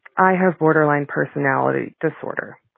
i have borderline personality disorder.